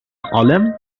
قلم